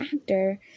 actor